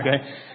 okay